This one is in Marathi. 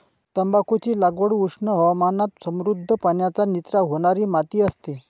तंबाखूची लागवड उष्ण हवामानात समृद्ध, पाण्याचा निचरा होणारी माती असते